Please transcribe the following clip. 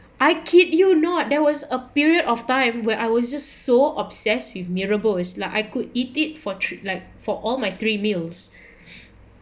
I kid you not there was a period of time where I was just so obsessed with mee rebus like I could eat it for three like for all my three meals